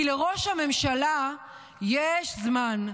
כי לראש הממשלה יש זמן.